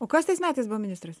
o kas tais metais buvo ministras